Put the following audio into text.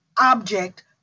object